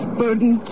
burden